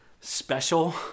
special